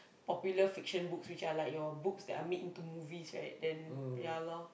popular fiction books which are like your books which are made into movies right then ya lor